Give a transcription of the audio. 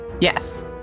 Yes